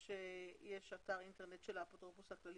יש אתר אינטרנט של האפוטרופוס הכלל,